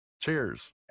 Cheers